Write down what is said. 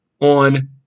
on